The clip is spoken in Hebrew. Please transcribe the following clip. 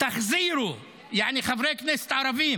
תחזירו, יעני, חברי הכנסת הערבים.